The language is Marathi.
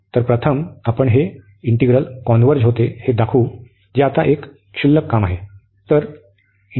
तर प्रथम आपण हे इंटिग्रल कॉन्व्हर्ज करते हे दाखवू जे आता एक क्षुल्लक काम आहे